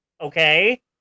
Okay